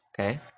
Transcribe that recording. Okay